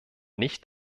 nicht